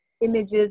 images